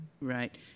Right